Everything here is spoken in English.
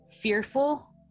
fearful